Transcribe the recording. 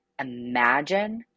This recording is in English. imagine